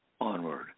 onward